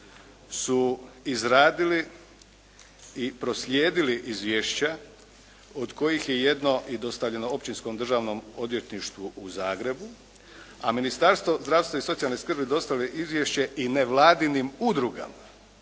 su izradili i proslijedili izvješća od kojih je jedno i dostavljeno Općinskom državnom odvjetništvu u Zagrebu, a Ministarstvo zdravstva i socijalne skrbi dostavilo je izvješće i nevladinim udrugama.